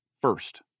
First